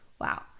Wow